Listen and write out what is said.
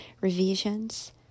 revisions